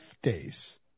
days